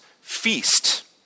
feast